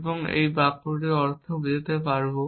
এবং আমরা যেমন বাক্যটির অর্থ বোঝতে পারব